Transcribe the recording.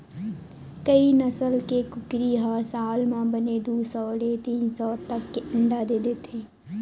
कइ नसल के कुकरी ह साल म बने दू सौ ले तीन सौ तक के अंडा दे देथे